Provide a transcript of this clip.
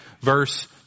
verse